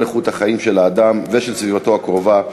איכות החיים של האדם ושל סביבתו הקרובה,